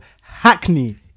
Hackney